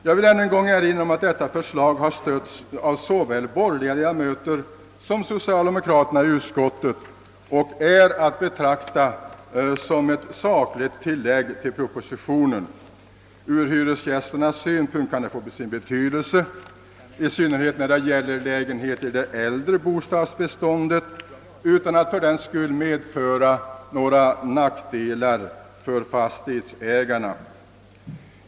Jag vill än en gång erinra om att det förslaget har stötts av såväl borgerliga som socialdemokratiska ledamöter i utskottet och är att betrakta som ett sakligt tillägg till propositionen. Det kan få sin betydelse för hyresgästerna, i synnerhet när det gäller lägenheter i det äldre bostadsbeståndet, utan att fördenskull medföra några nackdelar för fastighetsägarna.